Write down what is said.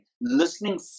listening